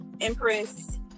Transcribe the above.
Empress